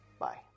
Bye